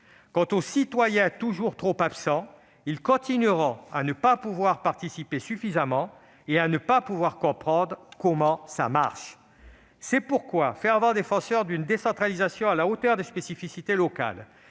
Quant aux citoyens, toujours trop absents, ils continueront à ne pas pouvoir participer suffisamment et à ne pas pouvoir comprendre comment les choses marchent. C'est pourquoi, fervent défenseur d'une décentralisation à la hauteur des spécificités locales